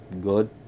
good